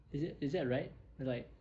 is it is it alright like